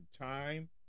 Time